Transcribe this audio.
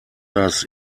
das